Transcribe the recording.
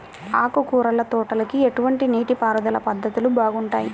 ఆకుకూరల తోటలకి ఎటువంటి నీటిపారుదల పద్ధతులు బాగుంటాయ్?